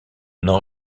n’en